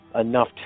enough